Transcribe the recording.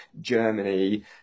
Germany